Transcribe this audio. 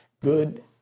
good